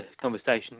conversation